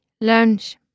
lunch